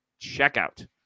checkout